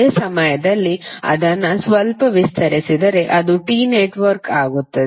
ಅದೇ ಸಮಯದಲ್ಲಿ ಅದನ್ನು ಸ್ವಲ್ಪ ವಿಸ್ತರಿಸಿದರೆ ಅದು T ನೆಟ್ವರ್ಕ್ ಆಗುತ್ತದೆ